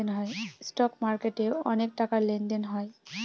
stock মার্কেটে অনেক টাকার লেনদেন হয়